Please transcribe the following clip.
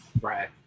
Right